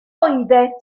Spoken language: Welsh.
oeddet